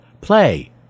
Play